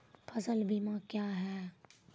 फसल बीमा क्या हैं?